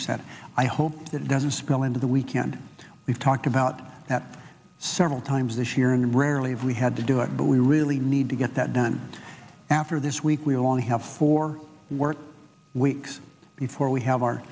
e said i hope it doesn't spill into the weekend we've talked about that several times this year and rarely have we had to do it but we really need to get that done after this week we long have for work weeks before we have our